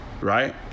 Right